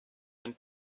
and